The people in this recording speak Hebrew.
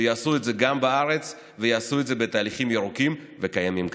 שיעשו את זה גם בארץ ויעשו את זה בתהליכים ירוקים וקיימים כאלה,